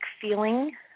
feeling